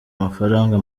amafaranga